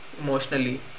emotionally